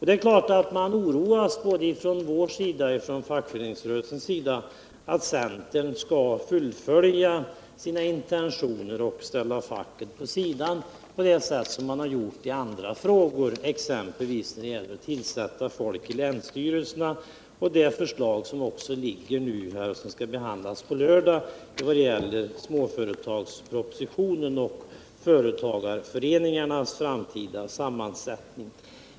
Det är klart att vi är oroade både från det socialdemokratiska partiets och från fackföreningsrörelsens sida för att centern skall fullfölja sina intentioner och ställa facket åt sidan på det sätt som man gjort i andra frågor, t.ex. när det gäller att tillsätta representanter i länsstyrelserna, och även när det gäller den fråga som skall behandlas på lördag i samband med småföretagspropositionen: företagarföreningarnas framtida sammansättning.